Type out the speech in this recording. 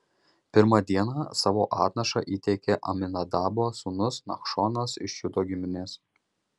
pirmą dieną savo atnašą įteikė aminadabo sūnus nachšonas iš judo giminės